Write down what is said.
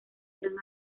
gran